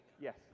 Yes